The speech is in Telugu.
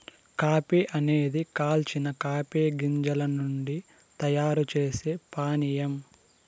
కాఫీ అనేది కాల్చిన కాఫీ గింజల నుండి తయారు చేసే పానీయం